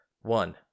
one